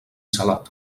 salat